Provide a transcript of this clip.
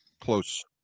close